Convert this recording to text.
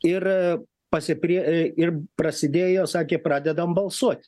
ir pasiprie e ir prasidėjo sakė pradedam balsuot